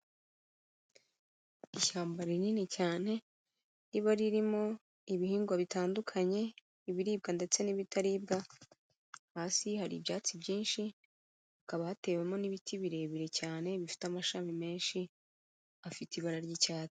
Ishyamba rinini cyane riba ririmo ibihingwa bitandukanye, ibiribwa ndetse n'ibitaribwa, hasi hari ibyatsi byinshi, hakaba hatewemo n'ibiti birebire cyane bifite amashami menshi afite ibara ry'icyatsi.